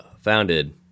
founded